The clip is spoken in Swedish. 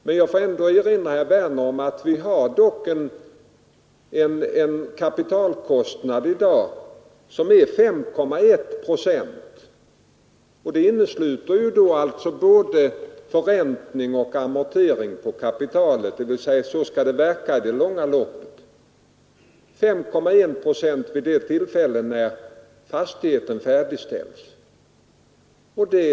Men jag erinrar herr Werner om att vi dock i dag har en kapitalkostnad som är 5,1 procent — det innesluter då både förräntning och amortering på kapitalet dvs stemet verkar i det långa loppet så att det blir 5,1 procent vid det tillfälle när fastigheten färdigställs och högre sedan.